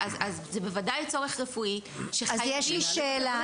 זה בוודאי צורך רפואי שחייבים --- אז יש לי שאלה,